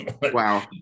Wow